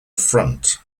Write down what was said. front